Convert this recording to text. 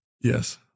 Yes